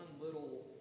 little